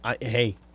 hey